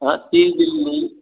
ती दिल्ली